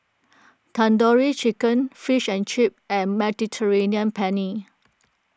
Tandoori Chicken Fish and Chips and Mediterranean Penne